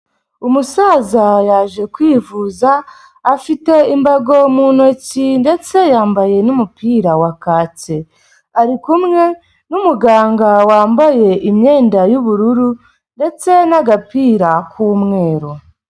Umusaza yaje kwivuza, afite imbago mu ntoki ndetse yambaye n'umupira wa kacye, ari kumwe n'umuganga wambaye imyenda y'ubururu, ndetse n'agapira k'umweru.